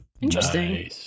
Interesting